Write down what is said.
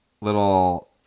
little